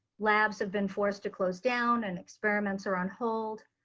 labs have been forced to closed down, and experiments are on hold.